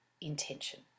intention